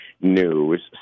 news